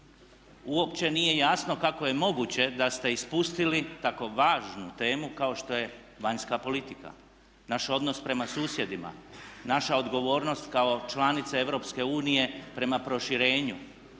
uopće nije jasno kako je moguće da ste ispustili tako važnu temu kao što je važna politika, naš odnos prema susjedima, naša odgovornost kao članice EU prema proširenju,